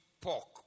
pork